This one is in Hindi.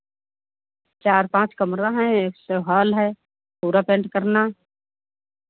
चार पाँच कमरा हैं एक तो हाॅल है पूरा पेन्ट करना